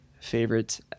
favorite